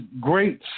great